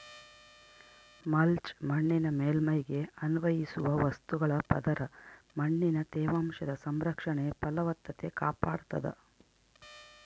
mulch ಮಣ್ಣಿನ ಮೇಲ್ಮೈಗೆ ಅನ್ವಯಿಸುವ ವಸ್ತುಗಳ ಪದರ ಮಣ್ಣಿನ ತೇವಾಂಶದ ಸಂರಕ್ಷಣೆ ಫಲವತ್ತತೆ ಕಾಪಾಡ್ತಾದ